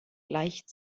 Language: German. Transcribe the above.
gleicht